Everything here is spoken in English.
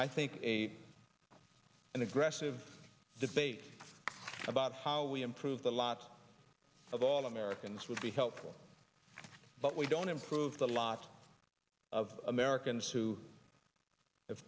i think a and aggressive debate about how we improve the lot of all americans would be helpful but we don't improve the lot of americans who